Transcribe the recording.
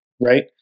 right